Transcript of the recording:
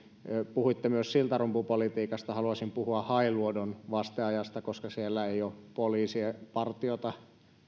puhuitte myös siltarumpupolitiikasta haluaisin puhua hailuodon vasteajasta koska siellä ei ole poliisipartiota